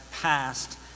passed